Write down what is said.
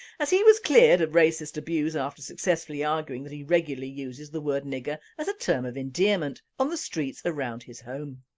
he was cleared of racist abuse after successfully arguing that he regularly uses the word nigger as a term of endearment on the streets around his home.